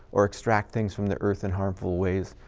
or extract things from the earth in harmful ways,